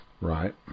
Right